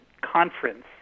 conference